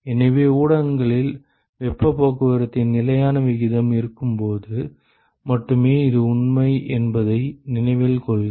எனவே ஊடகங்களில் வெப்பப் போக்குவரத்தின் நிலையான விகிதம் இருக்கும்போது மட்டுமே இது உண்மை என்பதை நினைவில் கொள்க